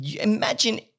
imagine